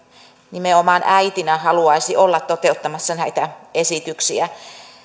nimenomaan äitinä haluaisi olla toteuttamassa näitä esityksiä